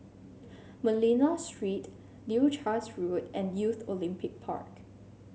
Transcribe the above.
Manila Street Leuchars Road and Youth Olympic Park